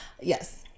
Yes